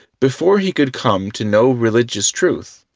before he could come to know religious truth,